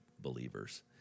believers